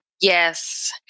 Yes